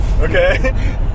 Okay